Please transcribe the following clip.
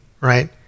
right